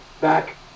back